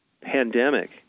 pandemic